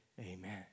Amen